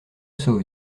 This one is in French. sauve